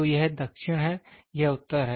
तो यह दक्षिण है यह उत्तर है